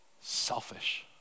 selfish